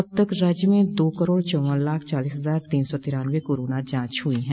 अब तक राज्य में दो करोड़ चौवन लाख चालीस हजार तीन सौ तिरान्नबे कोरोना जांच हुई हैं